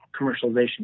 commercialization